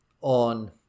on